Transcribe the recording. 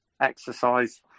exercise